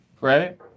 Right